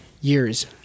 years